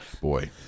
Boy